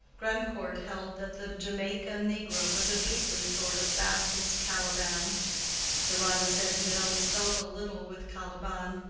grandcourt held that the jamaica negro was a beastly sort of baptist caliban deronda said he had always felt a little with caliban,